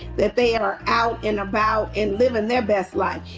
that they are out and about and living their best life.